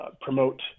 promote